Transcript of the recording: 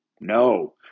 No